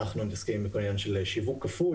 אנחנו מתעסקים בכל העניין של שיווק כפוי